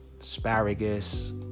asparagus